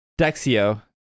Dexio